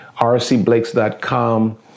rcblakes.com